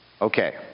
Okay